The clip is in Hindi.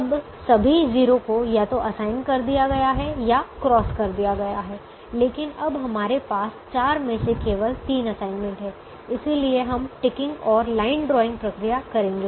अब सभी 0 को या तो असाइन कर दिया गया है या क्रॉस कर दिया गया है लेकिन अब हमारे पास चार में से केवल तीन असाइनमेंट हैं इसलिए हम टिकिंग और लाइन ड्राइंग प्रक्रिया करेंगे